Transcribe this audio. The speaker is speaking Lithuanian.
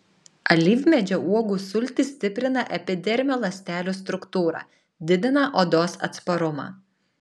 alyvmedžio uogų sultys stiprina epidermio ląstelių struktūrą didina odos atsparumą